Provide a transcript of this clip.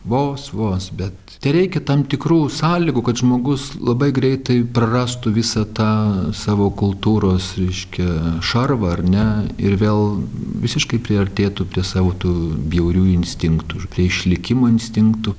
vos vos bet tereikia tam tikrų sąlygų kad žmogus labai greitai prarastų visą tą savo kultūros reiškia šarvą ar ne ir vėl visiškai priartėtų prie savo tų bjaurių instinktų prie išlikimo instinktų